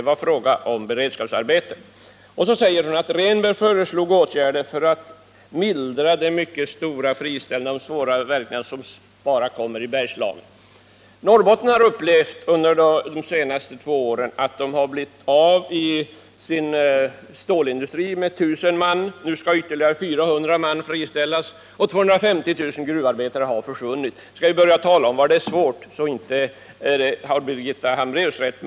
Vidare påpekade Birgitta Hambraeus att Bertil Rehnberg föreslagit åtgärder för att mildra det mycket omfattande friställandet och de svåra verkningarna, som tydligen bara uppstår i Bergslagen. I Norrbotten har man under de senaste två åren upplevt att man i stålindustrin blivit av med 1 000 man. Nu skall ytterligare 400 man friställas, och 2 500 gruvarbetare har friställts förut. Skall vi börja tala om var det är svårt, så inte har Birgitta Hambraeus rätt.